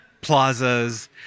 plazas